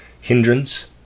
Hindrance